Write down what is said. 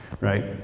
right